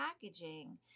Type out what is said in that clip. packaging